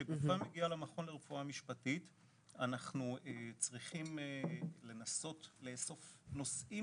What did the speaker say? כשגופה מגיעה למכון לרפואה משפטית אנחנו צריכים לנסות לאסוף נושאים